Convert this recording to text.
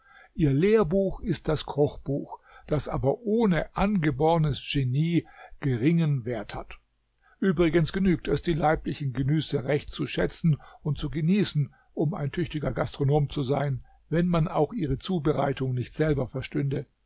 ihr lehrbuch ist das kochbuch das aber ohne angeborenes genie geringen wert hat übrigens genügt es die leiblichen genüsse recht zu schätzen und zu genießen um ein tüchtiger gastronom zu sein wenn man auch ihre zubereitung nicht selber verstünde